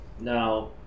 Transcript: Now